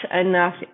enough